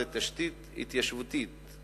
זו תשתית התיישבותית,